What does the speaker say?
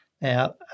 Now